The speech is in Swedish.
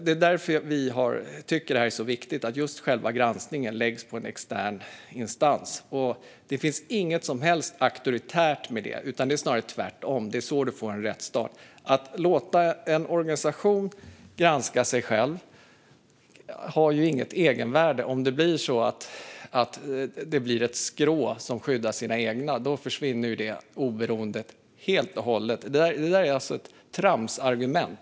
Det är därför vi tycker att det är så viktigt att granskningen läggs på en extern instans. Det finns inget som helst auktoritärt med det, utan det är snarare tvärtom. Det är så du får en rättsstat. Att låta en organisation granska sig själv har ju inget egenvärde om det leder till det blir ett skrå som skyddar sina egna. Då försvinner ju det oberoendet helt och hållet. Det är alltså ett tramsargument.